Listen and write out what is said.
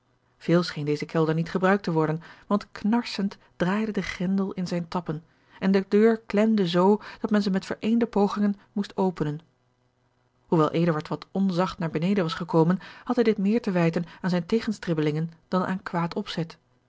veel scheen deze kelder niet gebruikt te worden want knarsend draaide de grendel in zijne tappen en de deur klemde zoo dat men ze met vereende pogingen moest openen hoewel eduard wat onzacht naar beneden was gekomen had hij dit meer te wijten aan zijne tegenstribbelingen dan aan kwaad opzet